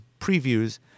previews